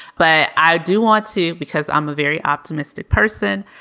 but i do want to because i'm a very optimistic person.